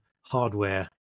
hardware